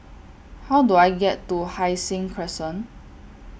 How Do I get to Hai Sing Crescent